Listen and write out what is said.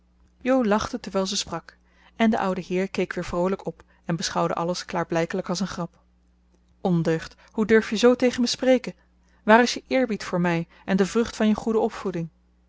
lachte terwijl ze sprak en de oude heer keek weer vroolijk op en beschouwde alles klaarblijkelijk als een grap ondeugd hoe durf je zoo tegen me spreken waar is je eerbied voor mij en de vrucht van je goede opvoeding